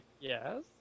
Yes